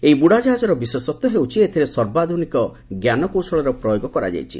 ଏହି ବୁଡାଜାହାଜର ବିଶେଷତ୍ୱ ହେଉଛି ଏଥିରେ ସର୍ବାଧୁନିକ ଜ୍ଞାନକୌଶଳର ପ୍ରୟୋଗ କରାଯାଇଛି